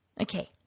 Okay